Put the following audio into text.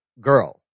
girl